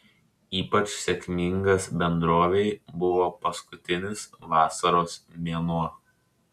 ypač sėkmingas bendrovei buvo paskutinis vasaros mėnuo